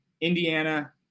Indiana